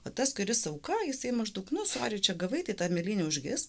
o tas kuris auka jisai maždaug nu sori čia gavai tai ta mėlynė užgis